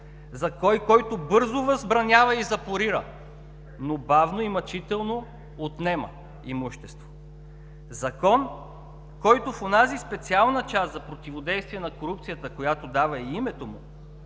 Закон, който бързо възбранява и запорира, но бавно и мъчително отнема имущество. Закон, който в онази специална част за противодействие на корупцията, която дава и името му,